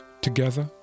together